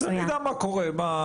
שנדע מה קורה.